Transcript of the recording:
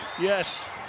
Yes